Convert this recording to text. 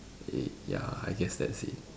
ya I guess that's it